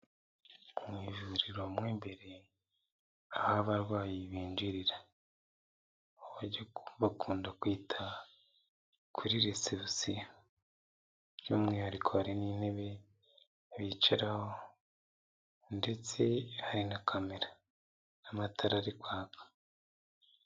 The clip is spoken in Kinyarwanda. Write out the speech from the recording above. Mu ivuriro mo imbere aho abarwayi binjirira, aho bajya bakunda kwita kuri resebusiyo by'umwihariko hari n'intebe bicaraho ndetse hari na kamera n'amatara ari kwaka.